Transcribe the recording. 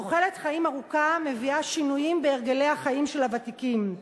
תוחלת חיים ארוכה מביאה שינויים בהרגלי החיים של הוותיקים,